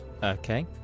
Okay